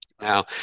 Now